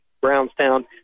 Brownstown